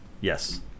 Yes